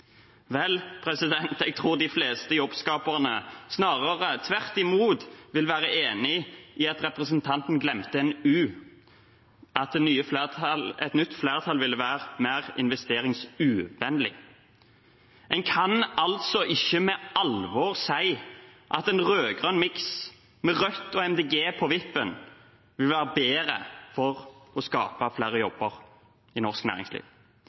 jeg tror de fleste jobbskaperne tvert imot vil være enig i at representanten glemte en «u» – at et nytt flertall vil være mer investeringsuvennlig. En kan ikke for alvor si at en rød-grønn miks, med Rødt og MDG på vippen, vil være bedre for å skape flere jobber i norsk næringsliv.